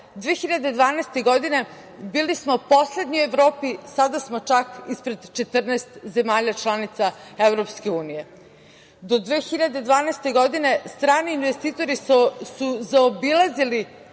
2012. godine bili smo poslednji u Evropi sada smo čak ispred 14 zemalja članica EU.Do 2012. godine strani investitori su zaobilazili